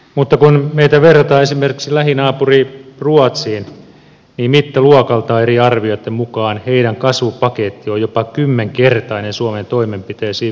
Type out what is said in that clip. mutta kun meitä verrataan esimerkiksi lähinaapuri ruotsiin niin mittaluokaltaan eri arvioitten mukaan heidän kasvupakettinsa on jopa kymmenkertainen suomen toimenpiteisiin verrattuna